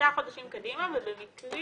שישה חודשים קדימה ובמקרים